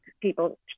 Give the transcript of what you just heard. people